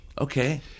Okay